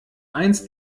eins